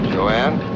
Joanne